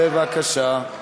בבקשה.